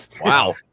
Wow